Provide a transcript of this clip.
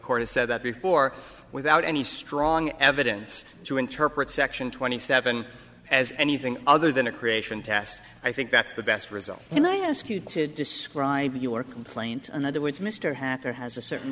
court has said that before without any strong evidence to interpret section twenty seven as anything other than a creation test i think that's the best result and i ask you to describe your complaint in other words mr hacker has a certain